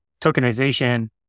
tokenization